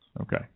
Okay